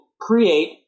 create